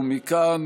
ומכאן,